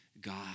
God